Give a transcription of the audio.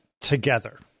together